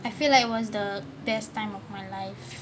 I feel it was the best time of my life